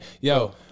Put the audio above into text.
Yo